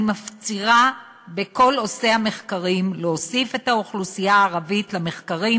אני מפצירה בכל עושי המחקרים להוסיף את האוכלוסייה הערבית למחקרים,